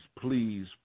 please